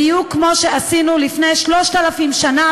בדיוק כמו שעשינו לפני שלושת אלפים שנה,